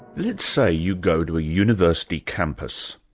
let's say you go to a university campus.